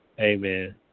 Amen